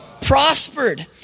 prospered